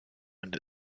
and